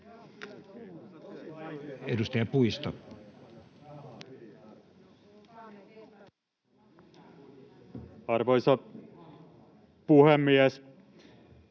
Edustaja Lindtman. Arvoisa puhemies,